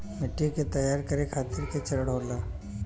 मिट्टी के तैयार करें खातिर के चरण होला?